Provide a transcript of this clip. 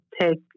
take